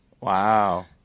Wow